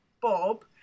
Bob